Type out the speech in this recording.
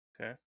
Okay